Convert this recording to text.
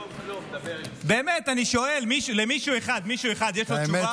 באמת אני שואל, מישהו אחד יש לו תשובה?